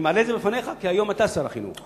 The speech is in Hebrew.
אני מעלה את זה בפניך כי אתה היום שר החינוך.